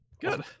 good